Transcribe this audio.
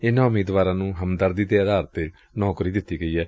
ਇਨੂਾਂ ਉਮੀਦਵਾਰਾਂ ਨੂੰ ਹਮਦਰਦੀ ਦੇ ਆਧਾਰ ਤੇ ਨੌਕਰੀ ਦਿੱਤੀ ਗਈ ਏ